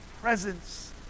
presence